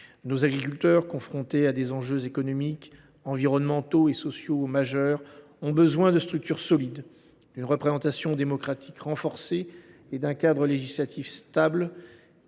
Nos agriculteurs, confrontés à des enjeux économiques, environnementaux et sociaux majeurs, ont besoin de structures solides, d’une représentation démocratique renforcée et d’un cadre législatif stable